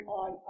on